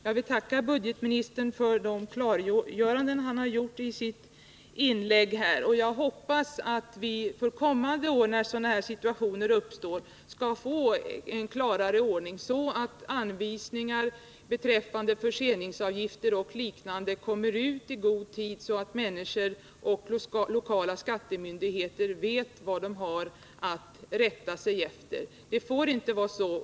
Jag vill tacka budgetministern för klargörandena i inlägget här. Jag hoppas att vi för kommande år, när sådana situationer uppstår, skall få en bättre ordning som gör att anvisningar beträffande förseningsavgifter och liknande saker kommer ut till allmänheten i god tid, så att både människorna och de lokala skattemyndigheterna vet vad de har att rätta sig efter.